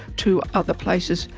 to other places,